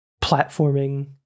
platforming